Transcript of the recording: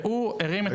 הוא הרים את הכפפה.